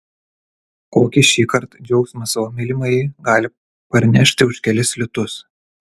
kokį šįkart džiaugsmą savo mylimajai gali parnešti už kelis litus